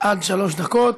עד שלוש דקות.